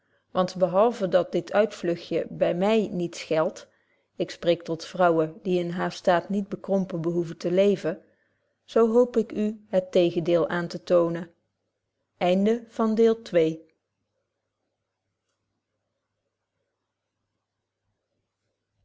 want behalven dat dit uitvlugtje by my niets geld ik spreek tot vrouwen die in haren staat niet bekrompen behoeven te leven zo hoop ik u het tegendeel aantetoonen wy